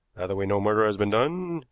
that we know murder has been done,